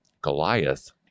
Goliath